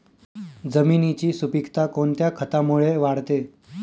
जमिनीची सुपिकता कोणत्या खतामुळे वाढते?